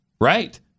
Right